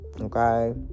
Okay